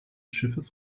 schiffes